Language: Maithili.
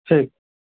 ठीक